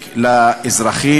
להנחתה.